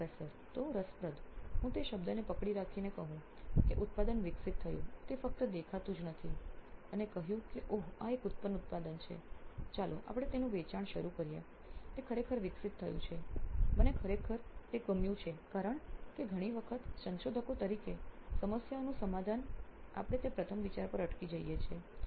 પ્રાધ્યાપક તો રસપ્રદ હું તે શબ્દને પકડી રાખીને કહ્યું કે ઉત્પાદન વિકસિત થયું તે ફક્ત દેખાતું જ નથી અને કહ્યું કે ઓહ આ એક ઉત્તમ ઉત્પાદન છે ચાલો આપણે તેનું વેચાણ શરૂ કરીએ તે ખરેખર વિકસિત થયું છે મને ખરેખર તે ગમ્યું છે કારણ કે ઘણી વખત સંશોધકો તરીકે સમસ્યાઓનું સમાધાન આપણ તે પ્રથમ વિચાર પર અટકી જઈએ છીએ